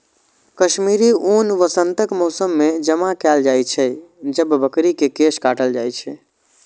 कश्मीरी ऊन वसंतक मौसम मे जमा कैल जाइ छै, जब बकरी के केश काटल जाइ छै